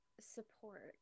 support